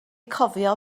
cofio